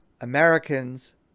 Americans